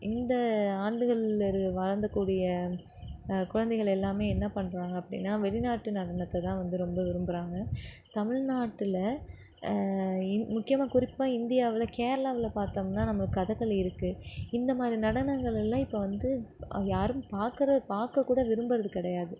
இந்த ஆண்டுகளில் இரு வளர்ந்தக்கூடிய குழந்தைகள் எல்லாமே என்ன பண்ணுறாங்க அப்படின்னா வெளிநாட்டு நடனத்தை தான் வந்து ரொம்ப விரும்புறாங்க தமிழ்நாட்டில் இந் முக்கியமாக குறிப்பாக இந்தியாவில் கேரளாவில் பார்த்தோம்னா நம்மளுக்கு கதகளி இருக்கு இந்த மாதிரி நடனங்கள் எல்லாம் இப்போ வந்து யாரும் பார்க்கற பார்க்கக்கூட விரும்புறது கிடையாது